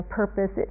purpose